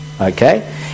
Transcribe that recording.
Okay